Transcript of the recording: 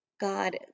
God